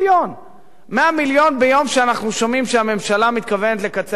100 מיליון בְיום שאנחנו שומעים שהממשלה מתכוונת לקצץ בקצבאות הזיקנה,